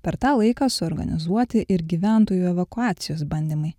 per tą laiką suorganizuoti ir gyventojų evakuacijos bandymai